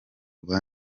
rwa